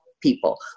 people